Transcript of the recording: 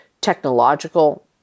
technological